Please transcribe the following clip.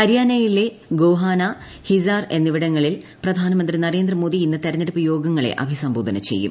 ഹരിയാനയിലെ ഗോഹാന ഹിസാർ എന്നിവിടങ്ങളിൽ പ്രധാനമന്ത്രി നരേന്ദ്രമോദി ഇന്ന് തെരഞ്ഞെടുപ്പ് യോഗങ്ങളെ അഭിസംബോധന ചെയ്യും